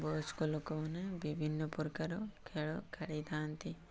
ବୟସ୍କ ଲୋକମାନେ ବିଭିନ୍ନ ପ୍ରକାର ଖେଳ ଖେଳିଥାନ୍ତି